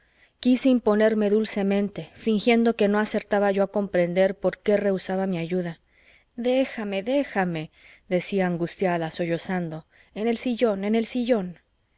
quise imponerme dulcemente fingiendo que no acertaba yo a comprender por qué rehusaba mi ayuda déjame déjame decía angustiada sollozando en el sillón en el sillón